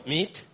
Meat